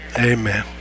amen